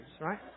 right